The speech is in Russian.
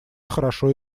хорошо